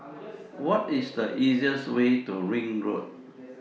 What IS The easiest Way to Ring Road